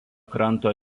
kranto